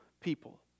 people